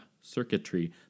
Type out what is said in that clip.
circuitry